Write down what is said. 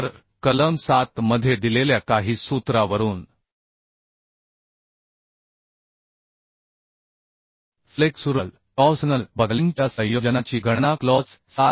तर कलम 7 मध्ये दिलेल्या काही सूत्रावरून फ्लेक्सुरल टॉर्सनल बकलिंगच्या संयोजनाची गणना क्लॉज 7